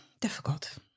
difficult